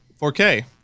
4K